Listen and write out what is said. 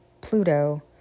Pluto